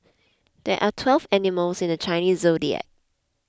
there are twelve animals in the Chinese zodiac